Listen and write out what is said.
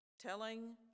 telling